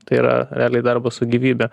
tai yra realiai darbas su gyvybe